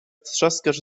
trzaskasz